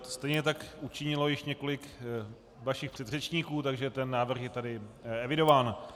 Stejně tak učinilo již několik vašich předřečníků, takže ten návrh je tady evidován.